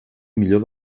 millor